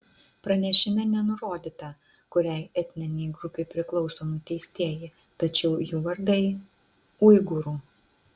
pranešime nenurodyta kuriai etninei grupei priklauso nuteistieji tačiau jų vardai uigūrų